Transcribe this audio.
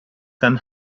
can